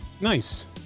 Nice